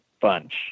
bunch